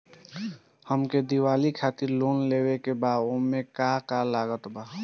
हमके दिवाली खातिर लोन लेवे के बा ओमे का का लागत बा?